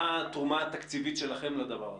מה התרומה התקציבית שלכם לדבר הזה?